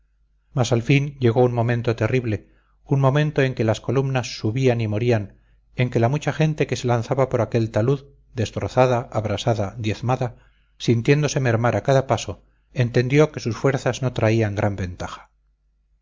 mas al fin llegó un momento terrible un momento en que las columnas subían y morían en que la mucha gente que se lanzaba por aquel talud destrozada abrasada diezmada sintiéndose mermar a cada paso entendió que sus fuerzas no traían gran ventaja